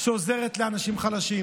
שעוזרת לאנשים חלשים,